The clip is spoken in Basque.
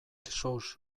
sous